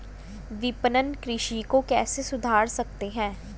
विपणन कृषि को कैसे सुधार सकते हैं?